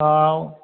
ਹਾਂ